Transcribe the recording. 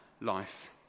life